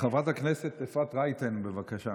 חברת הכנסת אפרת רייטן, בבקשה.